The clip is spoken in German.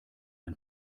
ein